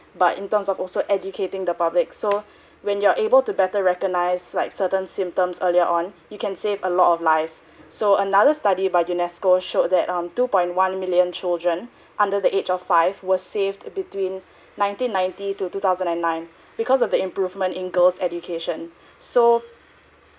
but in terms of also educating the public so when you're able to better recognise like southern symptoms earlier on you can save a lot of lives so another study by UNESCO as showed that um two point one million children under the age of five was saved between nineteen ninety to two thousand and nine because of the improvement in girl's education so